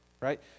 right